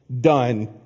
done